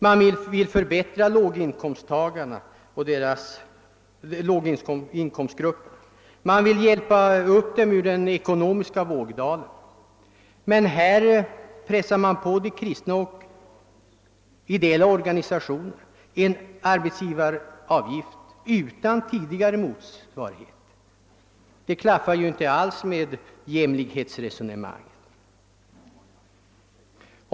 Man vill förbättra låginkomstgruppernas «villkor, man vill hjälpa upp dem ur deras ekonomiska vågdal. Men här pressar man på de kristna och ideella organisationerna en arbetsgivaravgift utan tidigare motsvarighet. Det klaffar ju inte alls med jämlikhetsresonemangen.